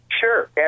Sure